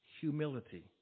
humility